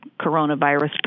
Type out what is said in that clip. coronavirus